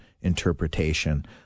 interpretation